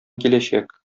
киләчәк